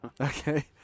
Okay